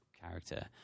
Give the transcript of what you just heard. character